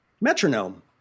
Metronome